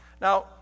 Now